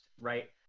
right